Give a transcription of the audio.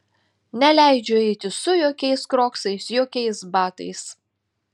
neleidžiu eiti su jokiais kroksais jokiais batais